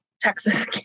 Texas